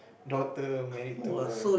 daughter married to a